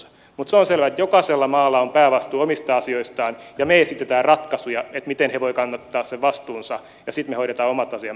mutta se on selvä että jokaisella maalla on päävastuu omista asioistaan ja me esitämme ratkaisuja miten ne voivat kantaa sen vastuunsa ja sitten me hoidamme omat asiamme kunnolla